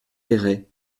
péray